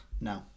No